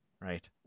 Right